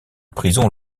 prison